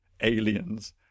aliens